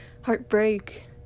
Heartbreak